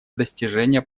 достижение